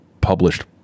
published